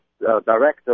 director